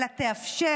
אלא תאפשר,